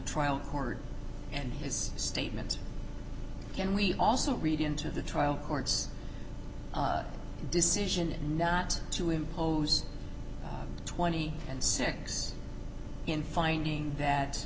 trial court and his statement can we also read into the trial court's decision not to impose a twenty six in finding that